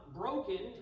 broken